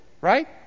right